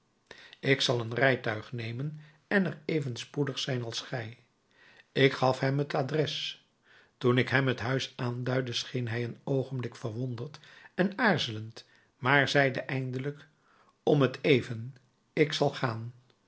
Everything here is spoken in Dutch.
ik zal een rijtuig nemen en er even spoedig zijn als gij ik gaf hem het adres toen ik hem het huis aanduidde scheen hij een oogenblik verwonderd en aarzelend maar zeide eindelijk om t even ik zal gaan